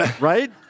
right